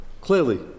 clearly